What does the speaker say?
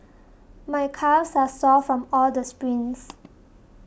my calves are sore from all the sprints